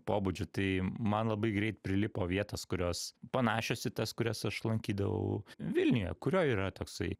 pobūdžiu tai man labai greit prilipo vietos kurios panašios į tas kurias aš lankydavau vilniuje kurioj yra toksai